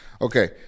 Okay